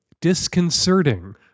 disconcerting